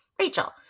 Rachel